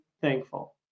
thankful